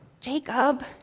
Jacob